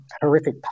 horrific